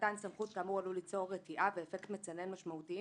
מתן סמכות כאמור עלולה ליצור רתיעה ואפקט מצנן משמעותיים